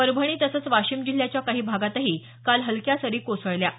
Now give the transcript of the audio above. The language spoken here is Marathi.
परभणी तसंच वाशीम जिल्ह्याच्या काही भागातही काल हलक्या सरी कोसळल्या आहेत